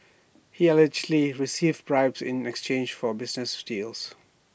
he allegedly received bribes in exchange for business deals